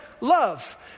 love